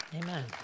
Amen